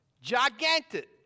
Gigantic